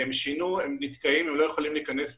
הם שינו והם נתקעים ולא יכולים להיכנס שוב.